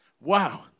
Wow